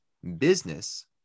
Business